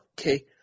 okay